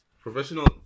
professional